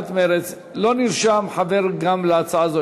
לא נרשם חבר גם להצעה זו.